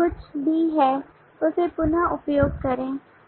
कुछ भी है उसे पुन उपयोग करें